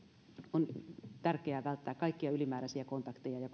on tärkeää välttää kaikkia ylimääräisiä kontakteja ja